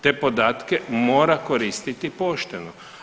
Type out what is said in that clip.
Te podatke mora koristiti pošteno.